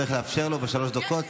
צריך לאפשר לו לדבר בשלוש דקות.